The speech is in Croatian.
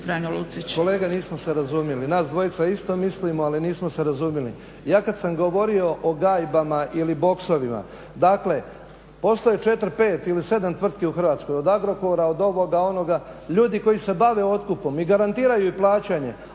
Kolega, nismo se razumjeli. Nas dvojica isto mislimo, ali nismo se razumjeli. Ja kada sam govorio o gajbama ili boksovima, dakle postoje četiri, pet ili sedam tvrtki u Hrvatskoj, od Agrokora, od ovoga, onoga, ljudi koji se bave otkupom i garantiraju i plaćanje,